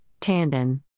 Tandon